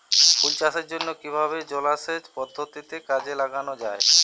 ফুল চাষের জন্য কিভাবে জলাসেচ পদ্ধতি কাজে লাগানো যাই?